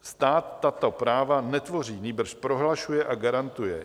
Stát tato práva netvoří, nýbrž prohlašuje a garantuje.